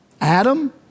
Adam